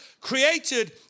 created